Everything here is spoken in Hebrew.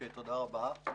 תודה רבה.